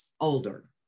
older